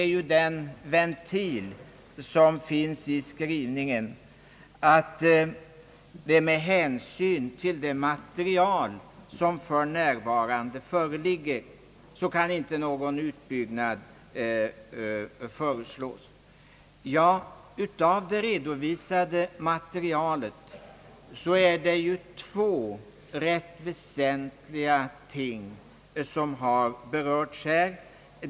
Utskottet säger sig med hänsyn till det material som för närvarande föreligger icke kunna föreslå någon utbyggnad, och i den skrivningen finns det ju en ventil. Av det redovisade materialet har två ganska väsentliga ting berörts här.